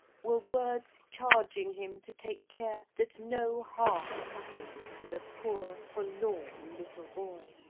were words charging him to take care that no harm happened to the poor forlorn little boy.